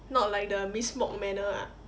not like the miss mok manner ah